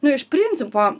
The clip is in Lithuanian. nu iš principo